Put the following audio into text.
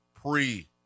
pre